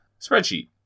spreadsheet